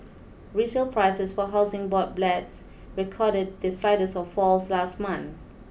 resale prices for Housing Board flats recorded the slightest of falls last month